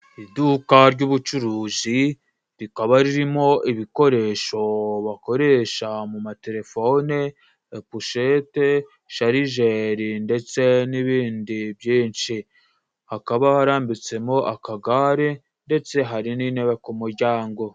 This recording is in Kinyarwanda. Iduka ry'ubucuruzi rikaba ririmo ibikoresho bakoresha mu matelefone, epushete, sharijeri ndetse n'ibindi byinshi. Hakaba harambitsemo akagare ndetse hari n'intebe ku muryango.